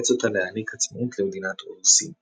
ואילץ אותה להעניק עצמאות למדינות הודו-סין.